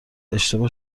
اشتباه